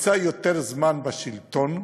נמצא יותר זמן בשלטון,